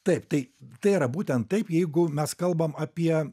taip tai tai yra būtent taip jeigu mes kalbam apie